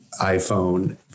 iPhone